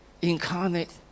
Incarnate